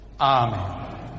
Amen